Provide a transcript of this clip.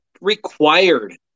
required